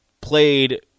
played